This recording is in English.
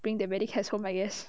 bring the many cats home I guess